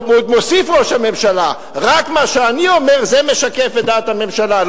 עוד מוסיף ראש הממשלה: רק מה שאני אומר משקף את דעת הממשלה,